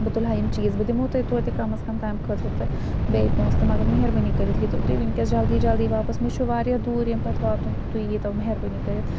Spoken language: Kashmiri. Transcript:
بہٕ تُلہٕ ہہَ یِم چیٖز بہٕ دِمو تۄہہِ کم از کم تمہِ خٲطرٕ تہِ بیٚیہِ پونٛسہِ تہٕ مگر مہربٲنی کٔرِتھ ییٖتَو تُہۍ وٕنکیٚس جَلدی جلدی واپس مےٚ چھُ واریاہ دوٗر ییٚمہِ پَتہٕ واتُن تُہۍ ییٖتَو مہربٲنی کٔرِتھ